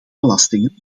belastingen